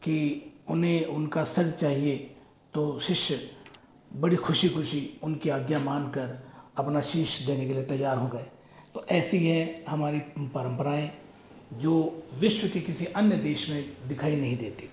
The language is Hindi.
की उन्हें उनका सर चाहिए तो शिष्य बड़ी खुशी खुशी उनकी आज्ञा मानकर अपना शीश देने के लिए तैयार हो गए तो ऐसी है हमारी परम्पराएं जो विश्व की किसी अन्य देश में दिखाई नहीं देती